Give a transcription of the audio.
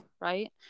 right